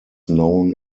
known